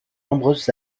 nombreuses